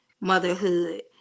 motherhood